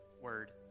word